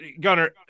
Gunner